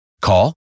Call